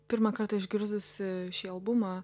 pirmą kartą išgirdusi šį albumą